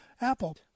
Apple